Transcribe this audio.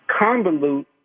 convolute